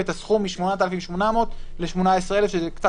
ואת הסכום מ-8,800 ל-18,000.